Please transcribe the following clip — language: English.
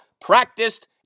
practiced